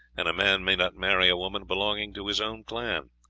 and a man may not marry a woman belonging to his own clan.